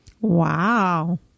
Wow